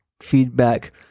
feedback